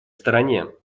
стороне